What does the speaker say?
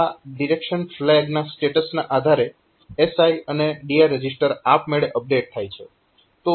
આ direction flag ના સ્ટેટસના આધારે SI અને DI રજીસ્ટર આપમેળે અપડેટ થાય છે